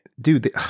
Dude